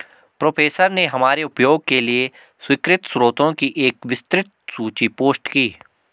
professor ने हमारे उपयोग के लिए स्वीकृत स्रोतों की एक विस्तृत सूची पोस्ट की